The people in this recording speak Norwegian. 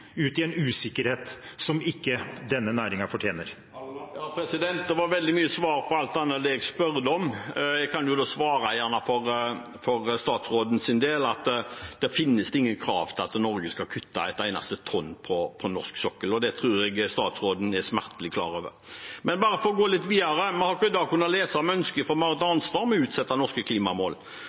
ut i en usikkerhet som denne næringen ikke fortjener. Det var veldig mye svar på alt annet enn det jeg spurte om. Jeg kan jo svare for statsrådens del at det ikke finnes noen krav til at Norge skal kutte et eneste tonn på norsk sokkel, og det tror jeg statsråden er smertelig klar over. Bare for å gå litt videre: Man har i dag kunnet lese om ønsket fra Marit Arnstad om å utsette norske klimamål,